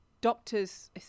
doctors